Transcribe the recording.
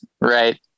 Right